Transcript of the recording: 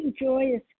joyous